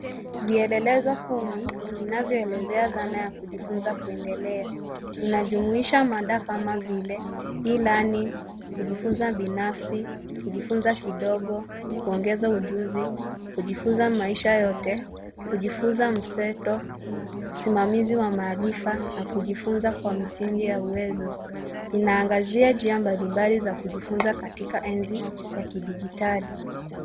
Vielelezo kumi vinavyoelezea dhana ya kujifunza kuendelea. Inajumuisha mada kama vile e-learning , kujifunza binafsi, kujifunza kidogo, kuongeza ujuzi, kujifunzi maisha yote, kujifunza mseto, usimamizi wa maarifa na kujifunza kwa misingi ya uwezo. Inaangazia njia mbalimbali za kujifunza katika enzi ya kidijitali.